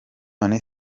none